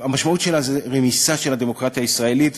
המשמעות שלה היא רמיסה של הדמוקרטיה הישראלית.